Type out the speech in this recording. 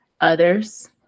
others